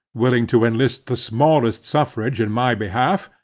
willing to enlist the smallest suffrage in my behalf,